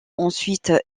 ensuite